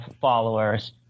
followers